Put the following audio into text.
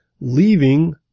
leaving